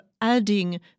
adding